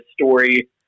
story